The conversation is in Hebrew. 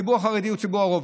הציבור החרדי הוא ציבור הרוב.